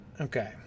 Okay